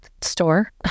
store